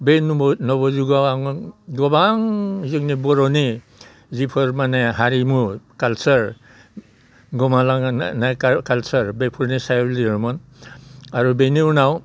बै नबजुगाव आङो गोबां जोंनि बर'नि जिफोर माने हारिमु काल्सार गोमालांनाय काल्सार बेफोरनि सायाव लिरोमोन आरो बेनि उनाव